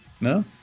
No